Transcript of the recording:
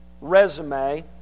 resume